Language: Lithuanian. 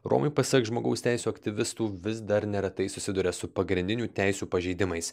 romai pasak žmogaus teisių aktyvistų vis dar neretai susiduria su pagrindinių teisių pažeidimais